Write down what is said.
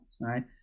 right